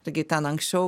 irgi ten anksčiau